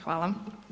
Hvala.